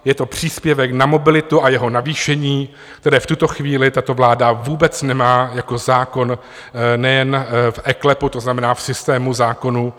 Je to příspěvek na mobilitu a jeho navýšení, které v tuto chvíli tato vláda vůbec nemá jako zákon nejen v eKLEPu, to znamená v systému zákonů.